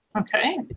Okay